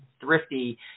thrifty